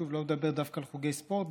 שוב, לא מדובר דווקא על חוגי ספורט.